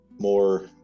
more